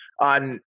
on